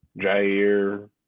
Jair –